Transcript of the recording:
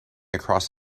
across